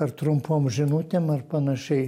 ar trumpom žinutėm ar panašiai